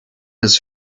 his